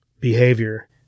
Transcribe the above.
behavior